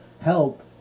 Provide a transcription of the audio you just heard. help